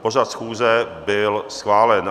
Pořad schůze byl schválen.